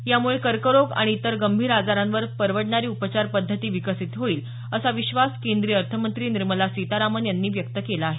यामुळे कर्करोग आणि इतर गंभीर आजारांवर परवडणारी उपचार पद्धती विकसित होईल असा विश्वास केंद्रीय अर्थमंत्री निर्मला सीतारामन यांनी वर्तवला आहे